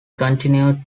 continued